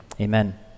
Amen